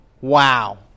Wow